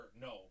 No